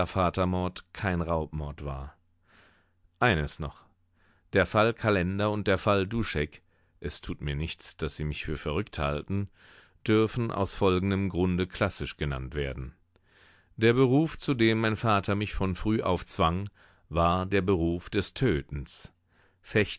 vatermord kein raubmord war eines noch der fall kalender und der fall duschek es tut mir nichts daß sie mich für verrückt halten dürfen aus folgendem grunde klassisch genannt werden der beruf zu dem mein vater mich von frühauf zwang war der beruf des tötens